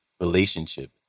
relationship